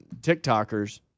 TikTokers